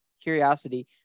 curiosity